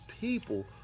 people